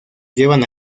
llevan